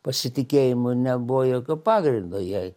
pasitikėjimu nebuvo jokio pagrindo jai